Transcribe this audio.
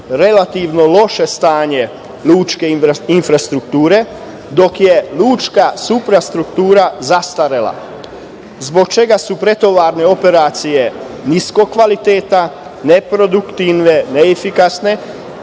relativno loše stanje lučke infrastrukture, dok je lučka suprastruktura zastarela, zbog čega su pretovarne operacije niskog kvaliteta, neproduktivne, neefikasne,